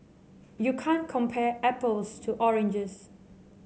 you can't compare apples to oranges